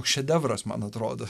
šedevras man atrodo